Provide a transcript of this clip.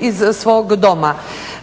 iz svog doma.